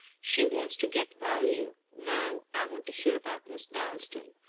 she wants to get value. now i want to hear about miss dalstan.